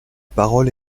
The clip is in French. parole